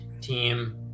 team